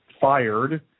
fired